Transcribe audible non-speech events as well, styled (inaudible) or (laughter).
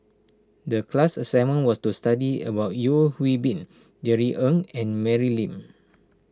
(noise) the class assignment was to study about Yeo Hwee Bin Jerry Ng and Mary Lim